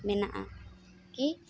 ᱢᱮᱱᱟᱜᱼᱟ ᱠᱤ